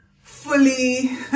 fully